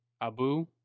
Abu